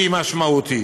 שהיא משמעותית.